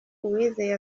uwizeye